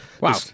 Wow